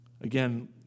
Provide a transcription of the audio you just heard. Again